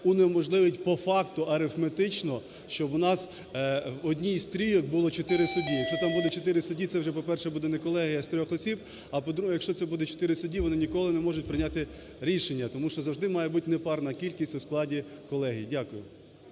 унеможливить по факту арифметично, щоб у нас в одній із трійок буде чотири судді. Якщо там буде чотири судді, це вже, по-перше, буде не колегія з трьох осіб, а по-друге, якщо це буде чотири судді, вони ніколи не можуть прийняти рішення, тому що завжди має бути непарна кількість у складі колегії. Дякую.